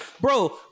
bro